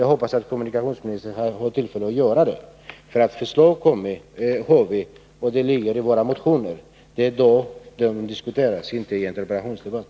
Jag hoppas att kommunikationsministern har tillfälle att göra det, för förslag har vi och de ligger i våra motioner, men de diskuteras inte i en interpellationsdebatt.